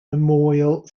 memorial